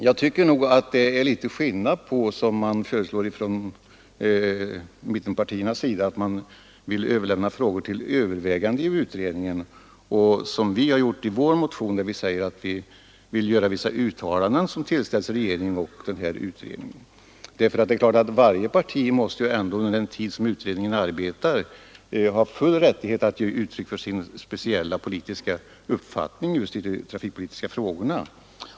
Men det är litet skillnad mellan — som mittpartierna föreslår — att överlämna frågor till övervägande inom utredningen och att, som vi föreslagit i vår motion, göra vissa uttalanden som skall tillställas regeringen och utredningen. Varje parti måste ändå under den tid utredningen arbetar ha full rättighet att ge uttryck för sin speciella uppfattning just i de trafikpolitiska frågorna.